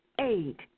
Eight